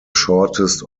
shortest